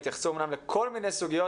הם התייחסו לכל מיני סוגיות,